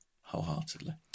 wholeheartedly